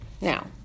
Now